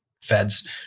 feds